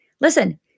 listen